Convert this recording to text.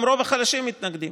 גם רוב החלשים מתנגדים,